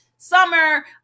Summer